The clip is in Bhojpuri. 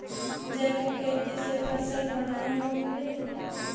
जैविक खेती से फसल बढ़िया होले